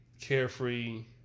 carefree